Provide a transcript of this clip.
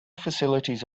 facilities